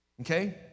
Okay